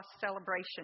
celebration